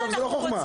עכשיו זה לא חכמה.